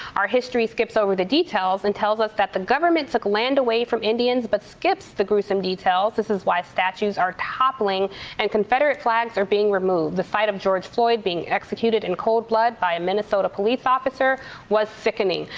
our history skips over the details and tells us that the government took land away from indians but skips the gruesome details. this is why statues are toppling and confederate flags are being removed. the fight of george flied being executed in cold blood by a minnesota police officer was sickening.